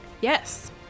Yes